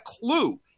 clue